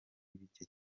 bike